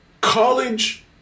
college